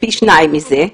פי שניים מזה.